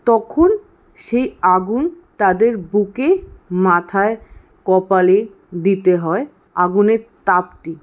তখন সেই আগুন তাদের বুকে মাথায় কপালে দিতে হয় আগুনের তাপটি